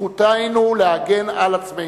בזכותנו להגן על עצמנו,